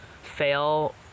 fail